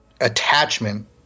attachment